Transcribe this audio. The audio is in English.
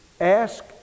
Ask